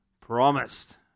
promised